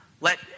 let